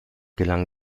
gelang